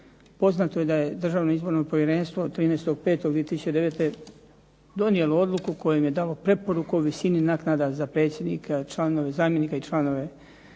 Poznato je da je Državno izborno povjerenstvo 13.5.2009. donijelo odluku kojom je dalo preporuku o visini naknada za predsjednike, članove zamjenika i članove